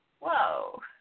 whoa